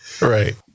Right